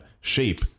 shape